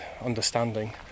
understanding